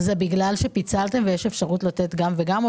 זה בגלל שפיצלתם ויש אפשרות לתת גם וגם,